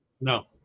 No